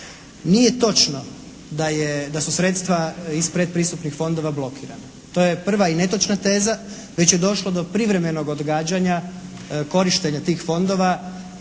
Nije točno da je, da su sredstva iz predpristupnih fondova blokirana. To je prva i netočna teza. Već je došlo do privremenog odgađanja korištenja tih fondova